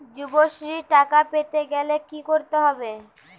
যুবশ্রীর টাকা পেতে গেলে কি করতে হবে?